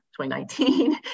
2019